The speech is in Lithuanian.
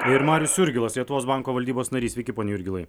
ir marius jurgilas lietuvos banko valdybos narys sveiki pone jurgilai